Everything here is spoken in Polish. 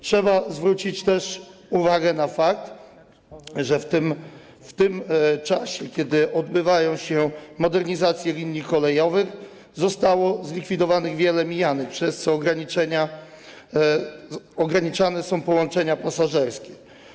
Trzeba zwrócić też uwagę na fakt, że w tym czasie, kiedy odbywają się modernizacje linii kolejowych, zostało zlikwidowanych wiele mijanek, przez co ograniczane są połączenia pasażerskie.